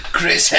Chris